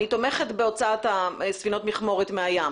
אני תומכת בהוצאת ספינות המכמורת מהים.